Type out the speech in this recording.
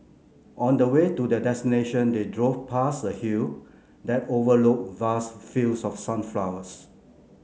on the way to their destination they drove past a hill that overlooked vast fields of sunflowers